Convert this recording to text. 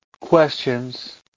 questions